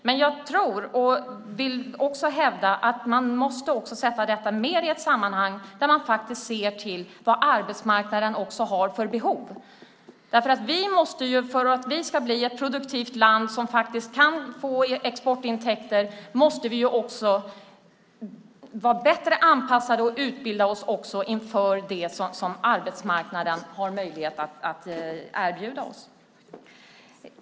Men jag vill samtidigt hävda att detta måste sättas in i ett sammanhang där man ser till vad arbetsmarknaden har för behov. För att vi ska bli ett produktivt land som kan få exportintäkter måste vi vara bättre anpassade och utbilda oss för det som arbetsmarknaden har möjlighet att erbjuda.